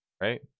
right